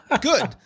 Good